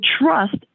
trust